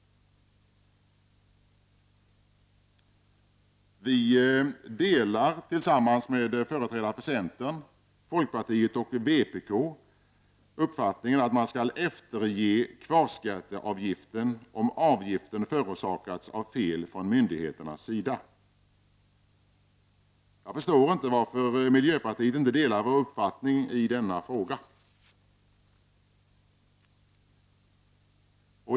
Moderaterna, centern, folkpartiet och vpk delar uppfattningen att man skall efterge kvarskatteavgiften om avgiften förorsakats av fel från myndigheternas sida. Jag förstår inte varför miljöpartiet inte delar vår uppfattning i denna fråga.